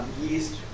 yeast